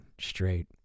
straight